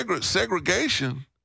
Segregation